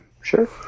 Sure